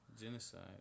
Genocide